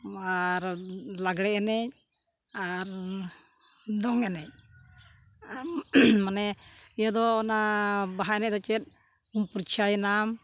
ᱟᱨ ᱞᱟᱜᱽᱬᱮ ᱮᱱᱮᱡ ᱟᱨ ᱫᱚᱝ ᱮᱱᱮᱡ ᱢᱟᱱᱮ ᱤᱭᱟᱹ ᱫᱚ ᱚᱱᱟ ᱵᱟᱦᱟ ᱮᱱᱮᱡ ᱫᱚ ᱪᱮᱫ ᱯᱚᱨᱪᱷᱟᱭᱮᱱᱟᱢ